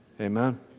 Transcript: Amen